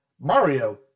Mario